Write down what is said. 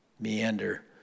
meander